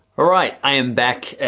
ah right, i am back, and